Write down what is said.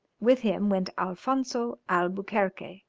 with him went alfonzo albuquerque,